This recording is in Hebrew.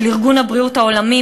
של ארגון הבריאות העולמי,